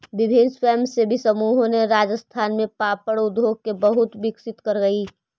विभिन्न स्वयंसेवी समूहों ने राजस्थान में पापड़ उद्योग को बहुत विकसित करकई